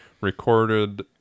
recorded